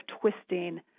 twisting